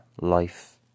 Life